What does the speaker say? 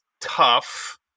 tough